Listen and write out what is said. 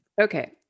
Okay